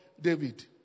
David